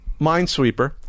Minesweeper